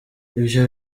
ibyo